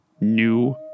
new